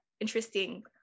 interesting